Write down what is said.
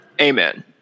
amen